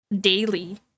daily